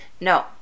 No